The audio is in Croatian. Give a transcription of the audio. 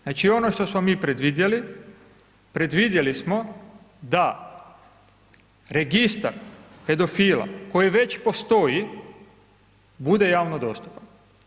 Znači ono što smo mi predvidjeli, predvidjeli smo da registar pedofila koji već postoji bude javno dostupan.